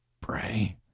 pray